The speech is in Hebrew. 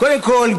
קודם כול,